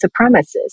supremacists